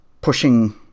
pushing